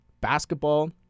basketball